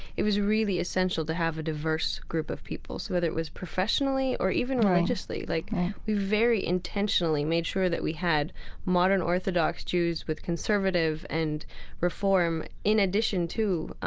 it was really essential to have a diverse group of people, so whether it was professionally or even religiously, like we very intentionally made sure that we had modern orthodox jews with conservative and reform in addition to